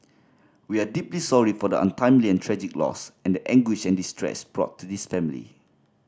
we are deeply sorry for the untimely and tragic loss and the anguish and distress brought to this family